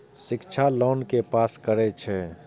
शिक्षा लोन के पास करें छै?